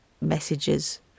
messages